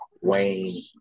Wayne